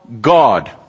God